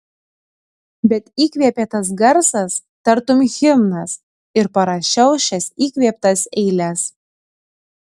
bet įkvėpė tas garsas tartum himnas ir parašiau šias įkvėptas eiles